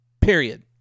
Period